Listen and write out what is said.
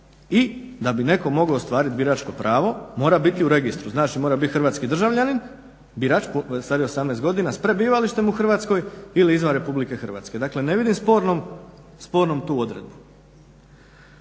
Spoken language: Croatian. I da bi netko mogao ostvariti biračko pravo mora biti u registru. Znači, mora biti hrvatski državljanin, birač, stariji od 18 godina s prebivalištem u Hrvatskoj ili izvan RH. Dakle, ne vidim spornom tu odredbu.